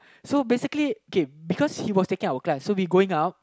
so basically K because he was taking our class so we going out